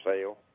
sale